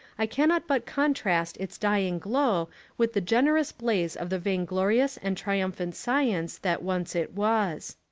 i cannot but contrast its dying glow with the generous blaze of the vain glorious and triumphant science that once it was.